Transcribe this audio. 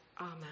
Amen